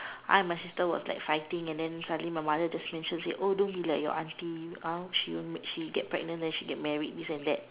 I and my sister was like fighting and then suddenly my mother just mention said oh don't be like your auntie uh she she get pregnant then she get married this and that